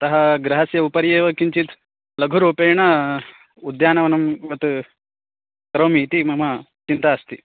अतः गृहस्य उपरि एव किञ्चित् लघुरुपेण उद्यानवनं वत् करोमि इति मम चिन्ता अस्ति